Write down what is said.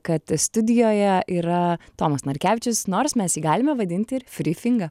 kad studijoje yra tomas narkevičius nors mes jį galime vadinti ir frį finga